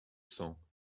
cents